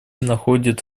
находит